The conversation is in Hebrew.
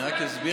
אני רק אסביר,